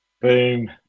Boom